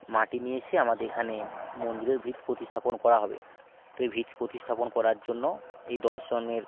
মাটি নিয়ে এসে আমাদের এখানে মন্দিরের ভিত প্রতিস্থাপন করা হবে তো এই ভিত প্রতিস্থাপন করার জন্য এই দশ জনের